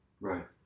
Right